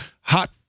hot